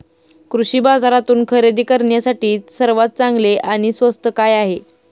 कृषी बाजारातून खरेदी करण्यासाठी सर्वात चांगले आणि स्वस्त काय आहे?